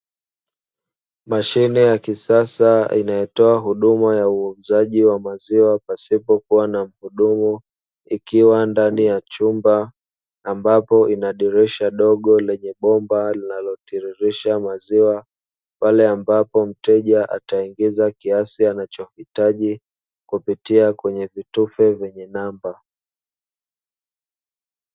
Mashine ya kisasa inayotoa huduma ya uuzaji wa maziwa pasipokuwa na muhudumu, ikiwa ndani ya chumba ambapo inadirisha dogo lenye bomba linalotiririsha maziwa pale ambapo mteja ataingiza kiasi anachoitaji kupitia kwenye vitufe vyenye namba.